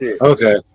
Okay